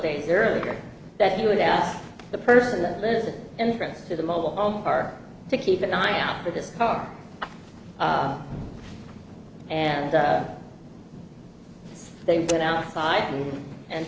days earlier that he would ask the person that lives in france to the mobile home park to keep an eye out for this car and they went outside and